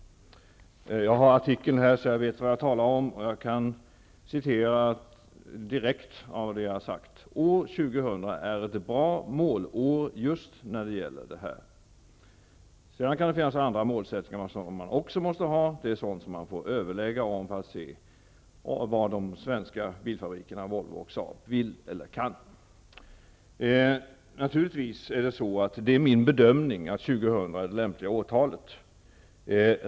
Jag har nämnda artikel här, så jag vet vad jag talar om. Jag kan alltså citera vad jag har sagt. År 2000 är ett bra målår just när det gäller dessa saker. Andra målsättningar kan också behövas. Men det är sådant som man får överlägga om för att se vad de svenska bilfabrikerna Volvo och Saab vill eller kan göra. Naturligtvis är det min bedömning att 2000 är ett lämpligt årtal.